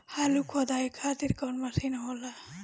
आलू खुदाई खातिर कवन मशीन होला?